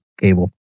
Cable